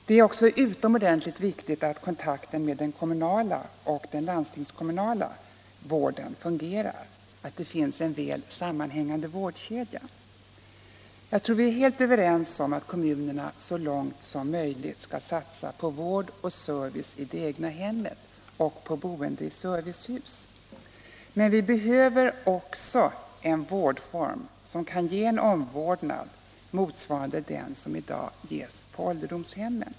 Det är också utomordentligt viktigt att kontakten mellan den kommunala och den landstingskommunala vården fungerar, att det finns en väl sammanhängande vårdkedja. Jag tror vi är helt överens om att kommunerna så långt som möjligt skall satsa på vård och service i det egna hemmet och på boende i servicehus. Men vi behöver också en vårdform som kan ge en omvårdnad motsvarande den som i dag ges på ålderdomshemmen.